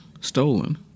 stolen